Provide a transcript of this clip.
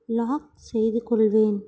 lock செய்துக்கொள்வேன்